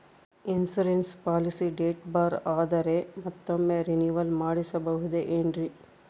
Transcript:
Insurance policy date ಬಾರ್ ಆದರೆ ಮತ್ತೊಮ್ಮೆ ರಿನಿವಲ್ ಮಾಡಿಸಬಹುದೇ ಏನ್ರಿ?